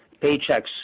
paychecks